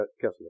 Kessler